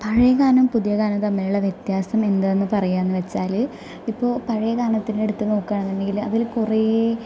പഴയ ഗാനവും പുതിയ ഗാനവും തമ്മിലുള്ള വ്യത്യസമെന്താണെന്ന് പറയാമെന്ന് വച്ചാൽ ഇപ്പോൾ പഴയ ഗാനത്തിൻ്റെ എടുത്ത് നോക്കുക ആണെന്നുണ്ടെങ്കിൽ അതിൽ കുറേ